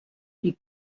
die